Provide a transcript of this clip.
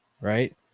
right